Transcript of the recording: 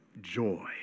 joy